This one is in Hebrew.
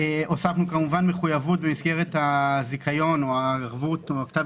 הוספנו מחויבות במסגרת הזיכיון או הערבות או כתב